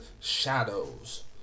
shadows